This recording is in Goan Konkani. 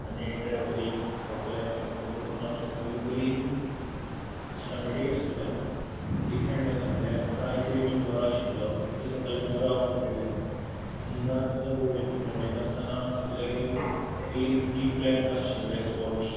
आनी ट्रॅवलींग सोगलें हें करून हॉटल्स बी बरी सिस्टमॅटीक आशिल्लें डिसँट आशिल्लें प्रायसीय बीन बोरो आशिल्लो तें सगलें बरें ऑफर केलें मुन्नार सुद्दां भोंवयत भोंवडयता आसताना सगले पयली प्री प्लॅन्ड आशिल्लें स्पॉर्ट्स